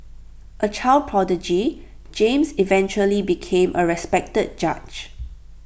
A child prodigy James eventually became A respected judge